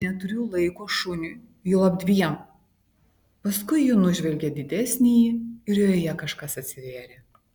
neturiu laiko šuniui juolab dviem paskui ji nužvelgė didesnįjį ir joje kažkas atsivėrė